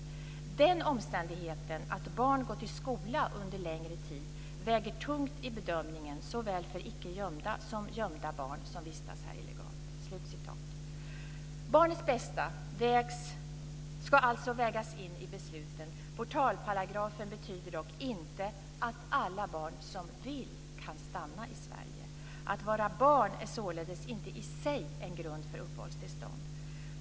Den omständigheten att barn gått i skola under längre tid väger tungt i bedömningen såväl för icke gömda som gömda barn som vistas här illegalt." Barnets bästa ska alltså vägas in i besluten. Portalparagrafen betyder dock inte att alla barn som vill kan få stanna i Sverige. Att vara barn är således inte i sig en grund för uppehållstillstånd.